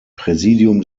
präsidium